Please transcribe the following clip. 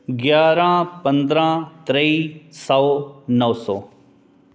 ग्यारा पदंरा त्रेई सौ नौ सौ